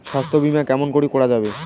স্বাস্থ্য বিমা কেমন করি করা যাবে?